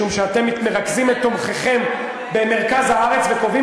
משום שאתם מרכזים את תומכיכם במרכז הארץ וקובעים